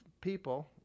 people